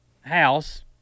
house